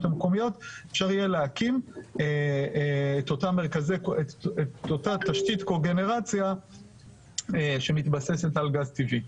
המקומיות אפשר יהיה להקים את אותה התשתית קוגרנציה שמתבססת על גז טבעי.